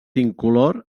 incolor